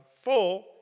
full